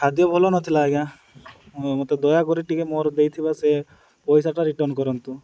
ଖାଦ୍ୟ ଭଲ ନଥିଲା ଆଜ୍ଞା ମୋତେ ଦୟାକରି ଟିକେ ମୋର ଦେଇଥିବା ସେ ପଇସାଟା ରିଟର୍ଣ୍ଣ କରନ୍ତୁ